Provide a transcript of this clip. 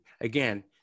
again